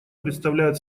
представляют